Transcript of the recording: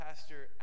Pastor